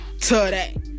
today